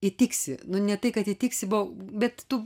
įtiksi nu ne tai kad įtiksi buv bet tu